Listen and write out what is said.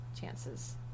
chances